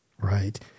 Right